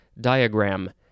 diagram